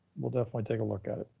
we'll definitely take a look at